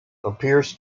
appears